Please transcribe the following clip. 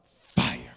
Fire